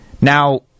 Now